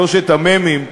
שלושת המ"מים,